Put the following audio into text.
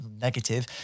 negative